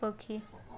ପକ୍ଷୀ